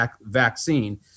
vaccine